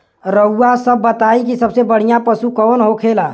रउआ सभ बताई सबसे बढ़ियां पशु कवन होखेला?